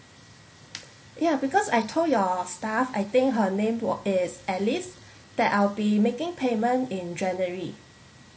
ya because I told your staff I think her name wa~ is alice that I'll be making payment in january